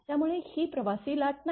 त्यामुळे ही प्रवासी लाट नाही